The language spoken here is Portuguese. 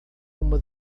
uma